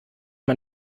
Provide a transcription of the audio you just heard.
man